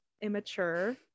immature